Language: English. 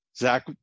Zach